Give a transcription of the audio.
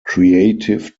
creative